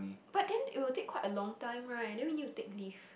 but then it will take quite a long time right then we need to take leave